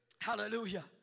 Hallelujah